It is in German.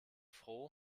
froh